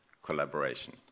collaboration